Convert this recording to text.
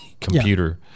computer